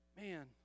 Man